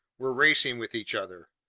were racing with each other.